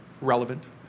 relevant